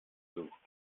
sucht